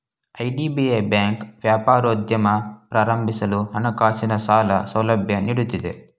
IDBI bank ವ್ಯಾಪಾರೋದ್ಯಮ ಪ್ರಾರಂಭಿಸಲು ಹಣಕಾಸಿನ ಸಾಲ ಸೌಲಭ್ಯ ನೀಡುತ್ತಿದೆ